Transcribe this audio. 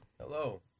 Hello